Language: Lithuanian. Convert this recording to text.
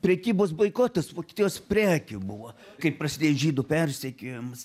prekybos boikotas vokietijos prekių buvo kaip prasidėjo žydų persekiojimas